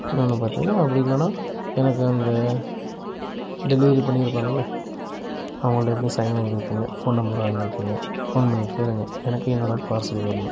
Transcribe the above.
இன்னொன்று பார்த்திங்கன்னா அப்படி இல்லைன்னா எனக்கு அந்த டெலிவரி பண்ணிருப்பாங்களே அவங்கள்ட்ட எப்படியும் சைன் வாங்கி இருப்பிங்க ஃபோன் நம்பர் வாங்கி இருப்பிங்க ஃபோன் பண்ணி கேளுங்க எனக்கு என்னோட பார்சல் வர்ணும்